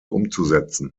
umzusetzen